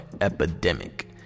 epidemic